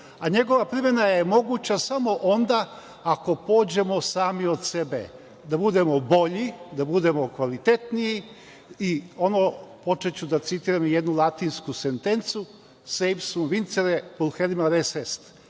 a njegova primena je moguća samo onda ako pođemo sami od sebe, da budemo bolji, da budemo kvalitetniji i ono, počeću da citiram i jednu latinsku sentencu – „se ipsum vincere pulcherrima res est“